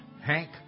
Hank